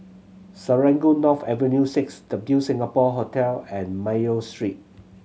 Serangoon North Avenue Six W Singapore Hotel and Mayo Street